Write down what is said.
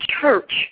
church